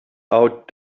out